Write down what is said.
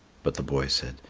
but the boy said,